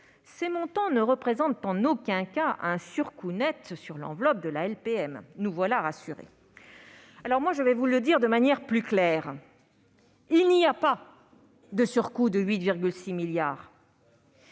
ces montants ne représentent en aucun cas un surcoût net sur l'enveloppe de la LPM ». Nous voilà rassurés ! Je vais vous le dire, quant à moi, de manière plus claire : il n'y a pas de surcoût de 8,6 milliards